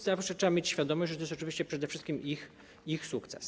Zawsze trzeba mieć świadomość, że to jest oczywiście przede wszystkim ich sukces.